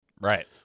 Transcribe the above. Right